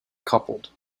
coupled